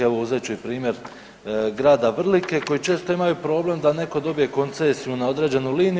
Evo uzet ću i primjer grada Vrlike koji često imaju problem da netko dobije koncesiju na određenu liniju.